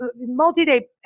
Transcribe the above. multi-day